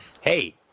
Hey